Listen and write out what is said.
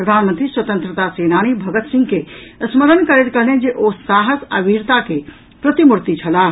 प्रधानमंत्री स्वतंत्रता सेनानी भगत सिंह के स्मरण करैत कहलनि जे ओ साहस आ वीरता के प्रतिमूर्ति छलाह